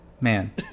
Man